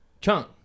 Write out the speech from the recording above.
Chunk